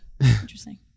interesting